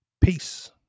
Peace